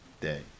day